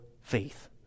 faith